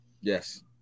Yes